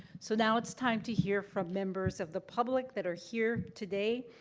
so, now it's time to hear from members of the public that are here today.